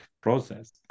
process